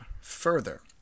further